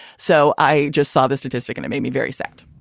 so i just saw this statistic and it made me very sad.